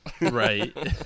Right